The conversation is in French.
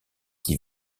qui